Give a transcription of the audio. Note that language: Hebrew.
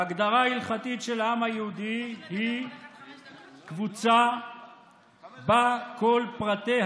ההגדרה ההלכתית של העם היהודי היא קבוצה שבה כל פרטיה